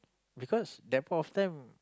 because that point of time